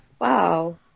Wow